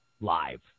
live